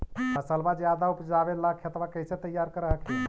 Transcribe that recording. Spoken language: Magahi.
फसलबा ज्यादा उपजाबे ला खेतबा कैसे तैयार कर हखिन?